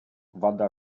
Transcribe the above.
вода